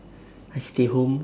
I stay home